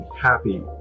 happy